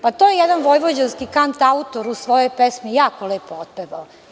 Pa, to je jedan vojvođanski kantautor u svojoj pesmi jako lepo otpevao.